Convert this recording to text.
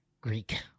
Greek